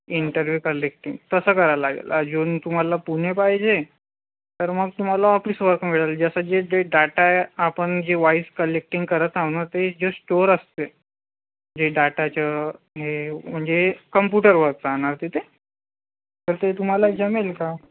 interview collecting तसं करायला लागेल अजून तुम्हाला पुणे पाहिजे तर मग तुम्हाला ऑफिस वर्क मिळेल जसं जे जे डाटा आहे आपण जे वाईस कलेक्टींग करत आहे ना ते जे ष्टोर असते जे डाटाचं जे म्हणजे कम्पुटर वर्क राहणार तिथे तर ते तुम्हाला जमेल का